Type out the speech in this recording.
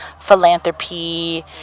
philanthropy